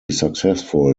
successful